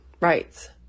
rights